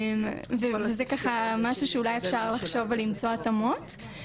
וזה משהו שאולי אפשר לחשוב על למצוא התאמות.